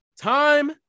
Time